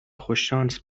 خوششانس